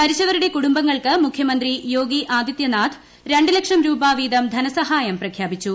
മരിച്ചവരുടെ കുടുംബങ്ങൾക്ക് മുഖ്യമന്ത്രി യോഗി ആദിത്യനാഥ് രണ്ട് ലക്ഷം രൂപ വീതം ധനസഹായം പ്രഖ്യാപിച്ചു